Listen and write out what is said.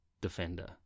defender